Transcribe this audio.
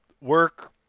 work